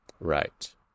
Right